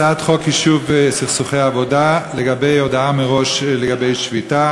הצעת חוק יישוב סכסוכי עבודה (תיקון, איסור שביתה